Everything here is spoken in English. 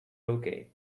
okay